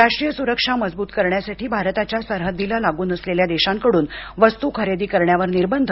राष्ट्रीय सुरक्षा मजबूत करण्यासाठी भारताच्या सरहद्दीला लागून असलेल्या देशांकडून वस्तू खरेदी करण्यावर निर्बंध